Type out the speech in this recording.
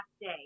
day